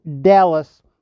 Dallas